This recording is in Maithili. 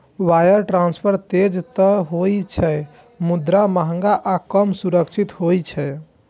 वायर ट्रांसफर तेज तं होइ छै, मुदा महग आ कम सुरक्षित होइ छै